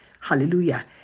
Hallelujah